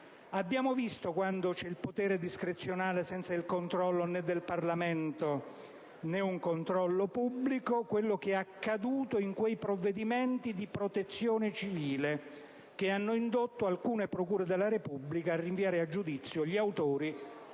Abbiamo visto quando c'è il potere discrezionale, senza controllo del Parlamento o pubblico, ciò che è accaduto in quei provvedimenti di protezione civile che hanno indotto alcune procure della Repubblica a rinviare a giudizio gli autori